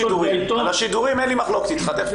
על השידורים אין לי מחלוקת איתך, תיכף